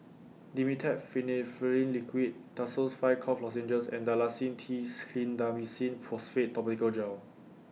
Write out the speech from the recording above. Dimetapp Phenylephrine Liquid Tussils five Cough Lozenges and Dalacin T Clindamycin Phosphate Topical Gel